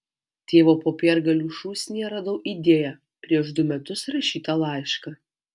tėvo popiergalių šūsnyje radau idėją prieš du metus rašytą laišką